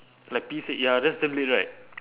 like P six ya that's damn late right